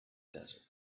desert